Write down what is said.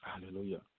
Hallelujah